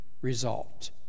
result